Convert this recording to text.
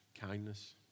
kindness